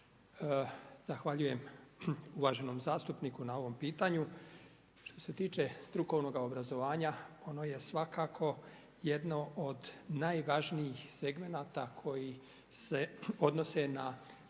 Zahvaljujem uvaženom zastupniku na ovom pitanju. Što se tiče strukovnog obrazovanja, ono je svakako jedno od najvažnijih segmenata, koji se odnose na cjelovitu reformu